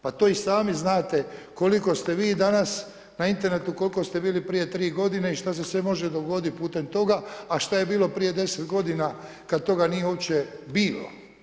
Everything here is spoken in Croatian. Pa to i sami znate koliko ste vi danas na internetu, koliko ste bili prije tri godine i šta se sve može dogodit putem toga, a šta je bilo prije 10 godina kad toga nije uopće bilo.